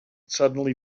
suddenly